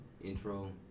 intro